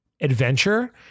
adventure